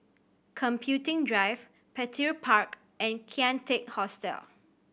Computing Drive Petir Park and Kian Teck Hostel